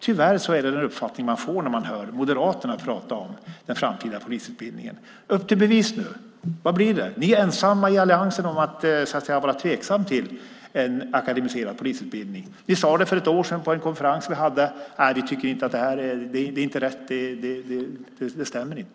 Tyvärr är det den uppfattning man får när man hör Moderaterna prata om den framtida polisutbildningen. Upp till bevis! Vad blir det? Ni är ensamma i alliansen om att vara tveksamma till en akademiserad polisutbildning. Ni sade det för ett år sedan på en konferens vi hade: Det här är inte rätt, det stämmer inte!